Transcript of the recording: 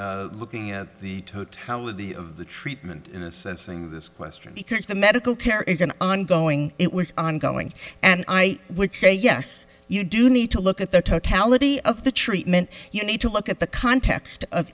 be looking at the totality of the treatment in assessing this question because the medical care is an ongoing it was ongoing and i would say yes you do need to look at the totality of the treatment you need to look at the context of